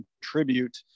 contribute